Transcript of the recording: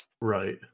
Right